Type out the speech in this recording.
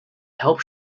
help